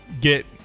Get